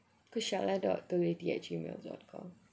kushala dot at G mail dot com